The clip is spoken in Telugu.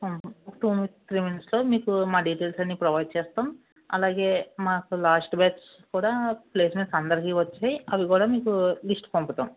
టూ త్రీ మినిట్స్లో మీకు మా డీటెయిల్స్ అన్ని ప్రొవైడ్ చేస్తాం అలాగే మాకు లాస్ట్ బ్యాచ్ కూడా ప్లేస్మెంట్స్ అందరికీ వచ్చాయి అవి కూడా మీకు లిస్ట్ పంపిస్తాం